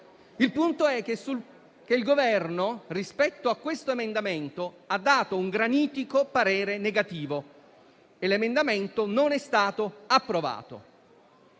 Il punto è che il Governo, su questo emendamento, ha espresso un granitico parere negativo e l'emendamento non è stato approvato.